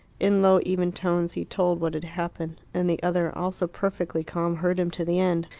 in low, even tones he told what had happened and the other, also perfectly calm, heard him to the end.